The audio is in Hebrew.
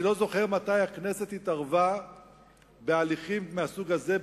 אני לא זוכר מתי הכנסת התערבה בהליכים מהסוג הזה,